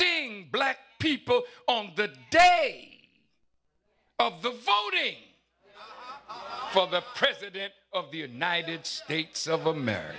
sting black people on the day of the voting for the president of the united states of america